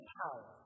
power